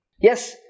Yes